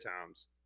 times